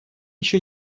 еще